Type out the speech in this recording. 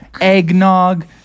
eggnog